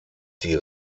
die